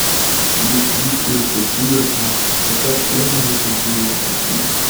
jis lyg ir susijuokia tada ūmiai užmiega